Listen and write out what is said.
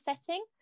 setting